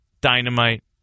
dynamite